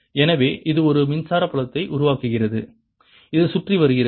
எனவே இது ஒரு மின்சார புலத்தை உருவாக்குகிறது இது சுற்றி வருகிறது